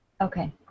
Okay